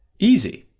easy!